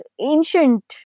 ancient